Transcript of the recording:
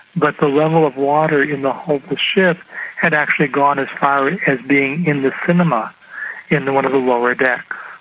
but the level of water in the hull of the ship had actually gone as far as being in the cinema in one of the lower decks.